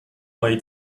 mojej